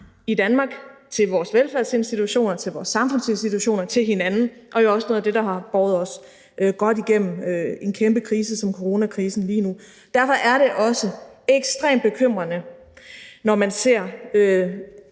i Danmark, til vores velfærdsinstitutioner, til vores samfundsinstitutioner, til hinanden – og jo også noget af det, der har båret os godt igennem en kæmpe krise som coronakrisen lige nu. Derfor er det også ekstremt bekymrende, når man ser,